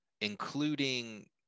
including